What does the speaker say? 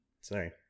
Sorry